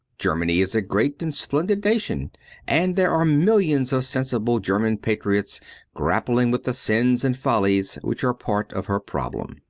germany is a great and splendid nation and there are millions of sensible german patriots grappling with the sins and follies which are part of her problem.